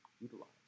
utilize